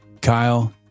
Kyle